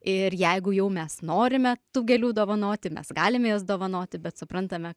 ir jeigu jau mes norime tų gėlių dovanoti mes galime jas dovanoti bet suprantame